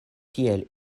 tiel